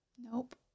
Nope